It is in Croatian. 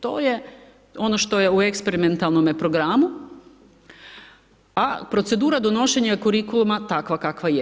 To je ono što je u eksperimentalnom programu, a procedura donošenja kurikuluma takva kakva je.